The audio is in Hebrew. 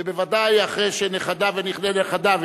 ובוודאי אחרי שנכדיו ונכדי נכדיו,